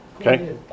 Okay